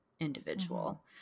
individual